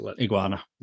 Iguana